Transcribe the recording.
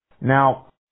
Now